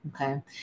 Okay